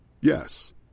Yes